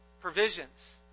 provisions